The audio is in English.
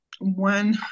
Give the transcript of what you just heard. One